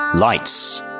Lights